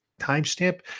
timestamp